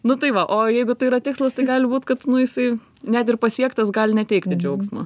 nu tai va o jeigu tai yra tikslas tai gali būt kad nu jisai net ir pasiektas gali neteikti džiaugsmo